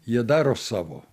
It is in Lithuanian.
jie daro savo